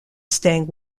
staying